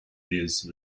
this